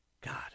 God